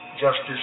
justice